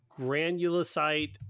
Granulocyte